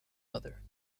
mother